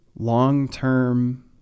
long-term